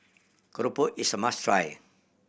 keropok is a must try